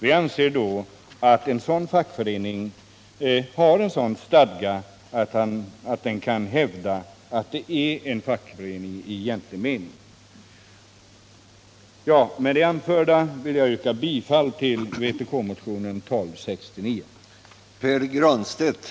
Vi anser att en sådan fackförening har sådan stadga att den kan hävda att den är en fackförening i egentlig mening. Med det anförda yrkar jag bifall till vpk-motionen 1269.